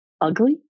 ugly